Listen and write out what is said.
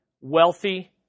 wealthy